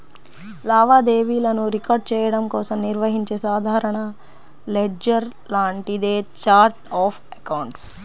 లావాదేవీలను రికార్డ్ చెయ్యడం కోసం నిర్వహించే సాధారణ లెడ్జర్ లాంటిదే ఛార్ట్ ఆఫ్ అకౌంట్స్